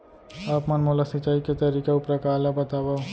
आप मन मोला सिंचाई के तरीका अऊ प्रकार ल बतावव?